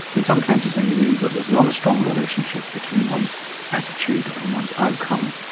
in some cancers anyway, that there is not a strong relationship between one's attitude and one's outcome.